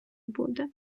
буде